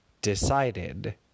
decided